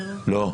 לא,